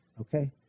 okay